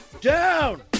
down